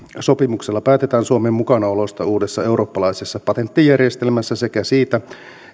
sopimuksella päätetään suomen mukanaolosta uudessa eurooppalaisessa patenttijärjestelmässä sekä siitä